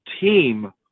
team